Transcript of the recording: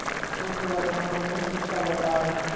शुद्ध वर्तमान मूल्य शून्य कब होता है?